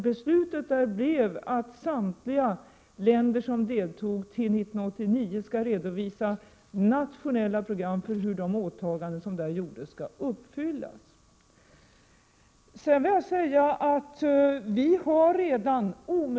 Beslutet blev att samtliga länder som deltog till 1989 skulle redovisa nationella program för hur de åtaganden som gjordes skall uppfyllas.